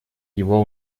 его